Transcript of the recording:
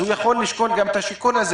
הוא יכול לשקול גם את השיקול הזה